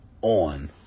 on